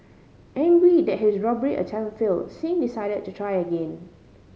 angry that his robbery attempt fail Singh decided to try again